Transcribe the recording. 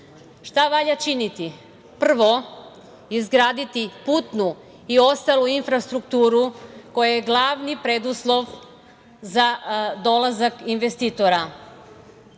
valja činiti? Prvo, izgraditi putnu i ostalu infrastrukturu, koja je glavni preduslov za dolazak investitora.